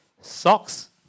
socks